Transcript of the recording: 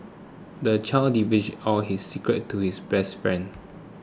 the child divulged all his secrets to his best friend